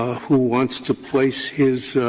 who wants to place his